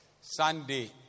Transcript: Sunday